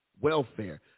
welfare